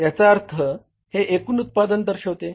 याचा अर्थ हे एकूण उत्पादन दर्शविते